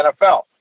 NFL